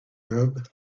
arab